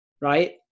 right